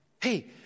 Hey